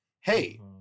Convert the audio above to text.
Hey